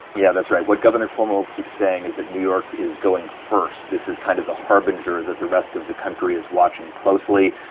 yeah, that's right. what governor cuomo keeps saying is that new york is going first. this is kind of the harbinger that the rest of the country is watching closely.